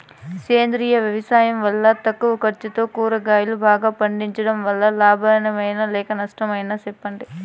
సేంద్రియ వ్యవసాయం వల్ల తక్కువ ఖర్చుతో కూరగాయలు బాగా పండించడం వల్ల లాభమేనా లేక నష్టమా సెప్పండి